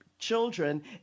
children